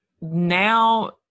now